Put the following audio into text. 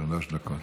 דקות.